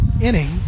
inning